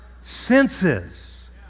senses